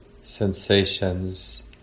sensations